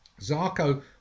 Zarco